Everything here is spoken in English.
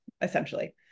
essentially